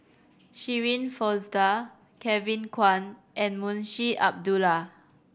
Shirin Fozdar Kevin Kwan and Munshi Abdullah